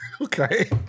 okay